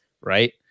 right